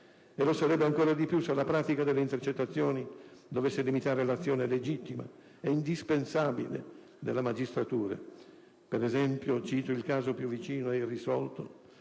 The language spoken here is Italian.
e lo sarebbe ancora di più se la pratica delle intercettazioni dovesse limitare l'azione legittima e indispensabile della magistratura, per esempio - cito il caso più vicino e irrisolto